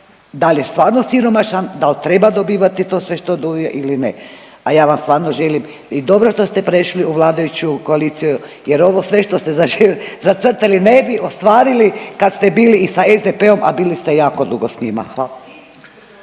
dal je stvarno siromašan, dal treba dobivati to sve što dobiva ili ne, a ja vam stvarno želim i dobro što ste prešli u vladajuću koaliciju jer ovo sve što ste znači zacrtali ne bi ostvarili kad ste bili i sa SDP-om, a bili ste jako dugo s njima, hvala.